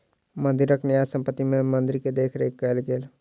मंदिरक न्यास संपत्ति सॅ मंदिर के देख रेख कएल गेल